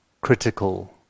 critical